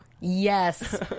Yes